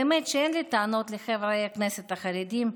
באמת שאין לי טענות לחברי הכנסת החרדים,